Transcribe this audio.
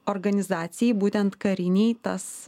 organizacijai būtent karinei tas